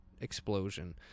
explosion